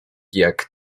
jak